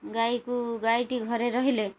ଗାଈକୁ ଗାଈଟି ଘରେ ରହିଲେ